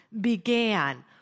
began